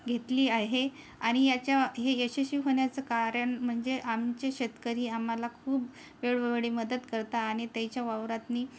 घेतली आहे आणि याच्या हे यशस्वी होण्याचं कारण म्हणजे आमचे शेतकरी आम्हाला खूप वेळोवेळी मदत करता आणि त्यांच्या वावरात